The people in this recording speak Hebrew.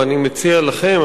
ואני מציע לכם,